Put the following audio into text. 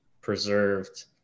preserved